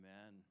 Amen